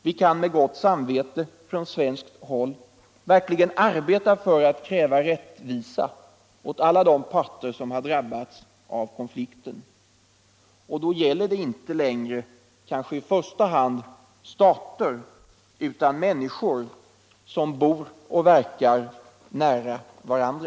Vi måste från svenskt håll arbeta för att kräva rättvisa åt alla de parter som har drabbats av konflikten. Då gäller det inte längre i första hand stater utan människor som bor och verkar nära varandra.